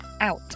out